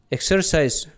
Exercise